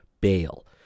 bail